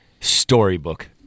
Storybook